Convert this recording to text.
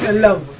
ah no